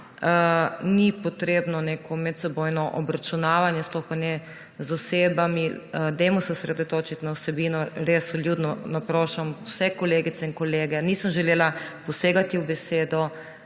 Ni potrebno neko medsebojno obračunavanju, sploh pa ne z osebami. Dajmo se osredotočiti na vsebino, res vljudno naprošam vse kolegice in kolege, nisem želela posegati v besedo,